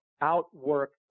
outwork